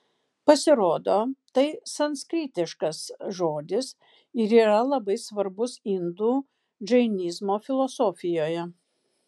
pasirodo tai sanskritiškas žodis ir yra labai svarbus indų džainizmo filosofijoje